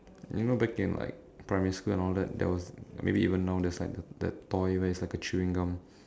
you know back in like primary school and all that there was maybe even now there's like that toy where it's like a chewing gum